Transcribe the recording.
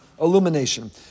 illumination